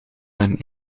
een